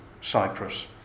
Cyprus